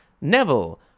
Neville